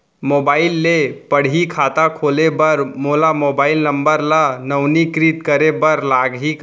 Mobile से पड़ही खाता खोले बर मोला मोबाइल नंबर ल नवीनीकृत करे बर लागही का?